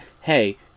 hey